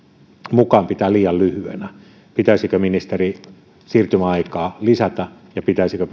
mukaan pitää liian lyhyenä pitäisikö ministeri siirtymäaikaa lisätä ja pitäisikö